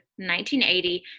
1980